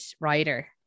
writer